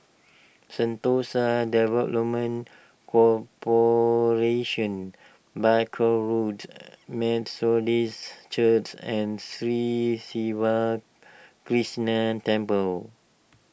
Sentosa Development Corporation Barker Road Methodist Church and Sri Siva Krishna Temple